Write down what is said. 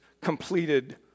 completed